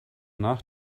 nach